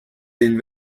denen